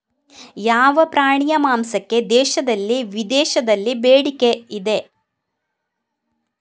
ಯಾವ ಪ್ರಾಣಿಯ ಮಾಂಸಕ್ಕೆ ದೇಶದಲ್ಲಿ ವಿದೇಶದಲ್ಲಿ ಬೇಡಿಕೆ ಇದೆ?